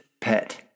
pet